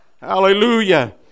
Hallelujah